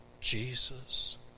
Jesus